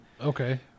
Okay